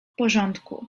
porządku